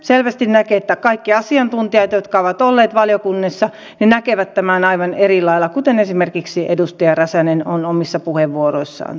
selvästi näkee että kaikki asiantuntijat jotka ovat olleet valiokunnissa näkevät tämän aivan eri lailla kuten esimerkiksi edustaja räsänen on omissa puheenvuoroissaan todennut